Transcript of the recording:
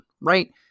Right